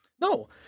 No